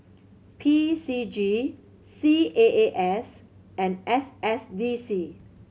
P C G C A A S and S S D C